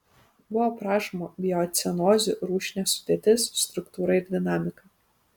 buvo aprašoma biocenozių rūšinė sudėtis struktūra ir dinamika